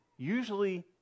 Usually